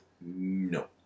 No